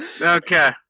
Okay